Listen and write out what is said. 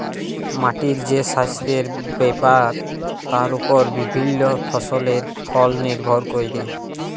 মাটির যে সাস্থের ব্যাপার তার ওপর বিভিল্য ফসলের ফল লির্ভর ক্যরে